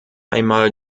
einmal